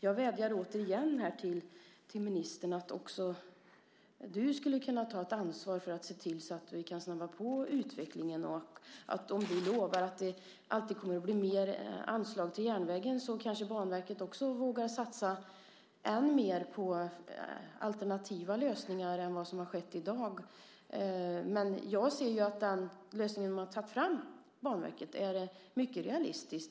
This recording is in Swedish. Jag vädjar återigen till ministern att också du skulle kunna ta ett ansvar för att se till att vi kan snabba på utvecklingen. Om du lovar att det blir mer anslag till järnvägen kanske Banverket också vågar satsa än mer på alternativa lösningar än som har skett i dag. Men jag ser ju att den lösning Banverket tar fram är mycket realistisk.